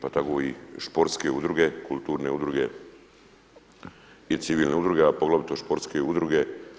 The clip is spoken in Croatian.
Pa tako i sportske udruge, kulturne udruge i civilne udruge, a poglavito sportske udruge.